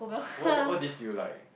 what what what dish did you like